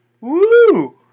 Woo